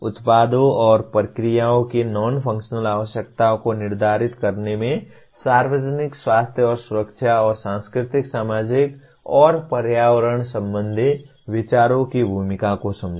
उत्पादों और प्रक्रियाओं की नॉन फंक्शनल आवश्यकताओं को निर्धारित करने में सार्वजनिक स्वास्थ्य और सुरक्षा और सांस्कृतिक सामाजिक और पर्यावरण संबंधी विचारों की भूमिका को समझें